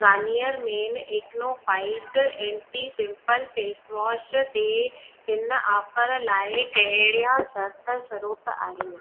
Garnier Men Acno Fight anti pimple face wash ते हिन offer लाइ कहिड़ा शर्त शरोत आहिनि